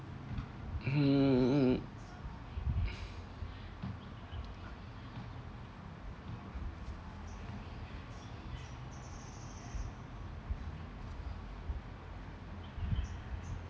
hmm